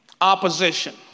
Opposition